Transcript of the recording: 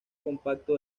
compacto